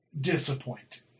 Disappoint